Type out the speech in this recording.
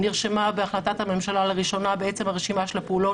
נרשמה בהחלטת הממשלה לראשונה הרשימה של הפעולות